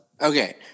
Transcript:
Okay